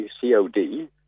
COD